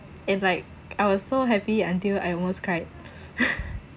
and like I was so happy until I almost cried